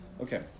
Okay